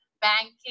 banking